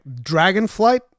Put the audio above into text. Dragonflight